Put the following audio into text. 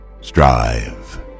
Strive